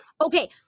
Okay